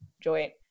joint